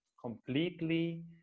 completely